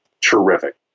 Terrific